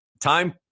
Time